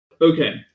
Okay